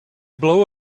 blow